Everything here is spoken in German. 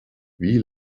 wie